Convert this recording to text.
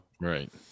right